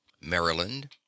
Maryland